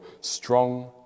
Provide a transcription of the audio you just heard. strong